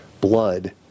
blood